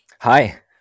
Hi